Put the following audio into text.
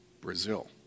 Brazil